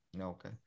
Okay